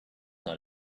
not